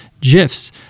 GIFs